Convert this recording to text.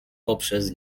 poprzez